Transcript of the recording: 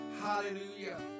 Hallelujah